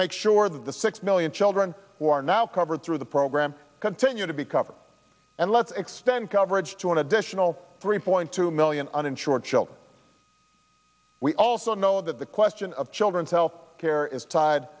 make sure that the six million children who are now covered through the program continue to be covered and let's extend coverage to an additional three point two million uninsured children we also know that the question of children's health care is tied